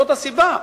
זאת הסיבה.